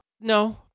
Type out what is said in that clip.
No